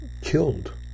killed